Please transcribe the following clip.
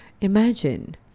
imagine